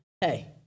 Hey